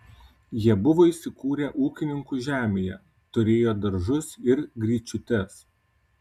jie buvo įsikūrę ūkininkų žemėje turėjo daržus ir gryčiutes